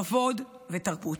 כבוד ותרבות.